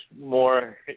more